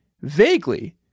Vaguely